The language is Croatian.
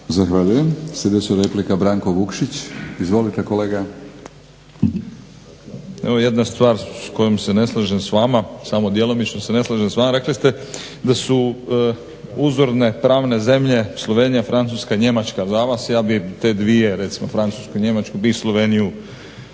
(Hrvatski laburisti - Stranka rada)** Evo jedna stvar s kojom se ne slažem s vama, samo djelomično se ne slažem s vama. Rekli ste da su uzorne pravne zemlje Slovenija, Francuska i Njemačka za vas. Ja bih te dvije, recimo Francusku i Njemačku, Sloveniju